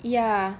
ya